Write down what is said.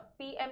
pm